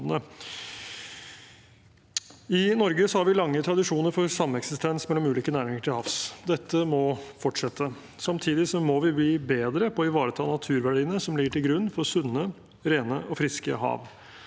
I Norge har vi lange tradisjoner for sameksistens mellom ulike næringer til havs. Dette må fortsette. Samtidig må vi bli bedre på å ivareta naturverdiene som ligger til grunn for sunne, rene og friske hav.